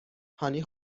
هانی